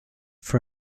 for